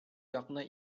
якны